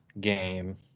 game